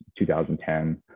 2010